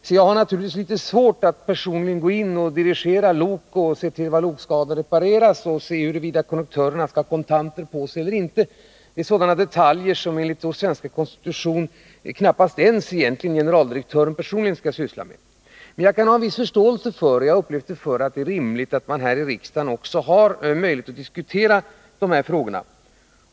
Jag har därför naturligtvis svårt att personligen gå in och dirigera lok, se till att lokskador repareras, se huruvida konduktörer har kontanter på sig eller inte osv. Det är sådana detaljer som enligt vår svenska konstitution knappast ens generaldirektören personligen skall syssla med. Men jag kan ha viss förståelse för att det är rimligt — att man här i riksdagen har möjlighet att diskutera också sådana här frågor.